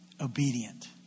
obedient